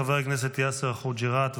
חבר הכנסת יאסר חוג'יראת,